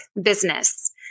business